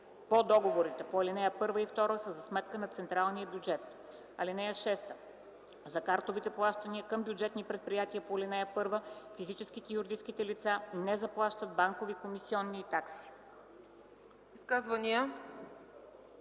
по договорите по ал. 1 и 2 са за сметка на централния бюджет. (6) За картовите плащания към бюджетни предприятия по ал. 1 физическите и юридическите лица не заплащат банкови комисионни и такси.”